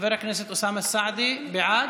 חבר הכנסת אוסאמה סעדי, בעד?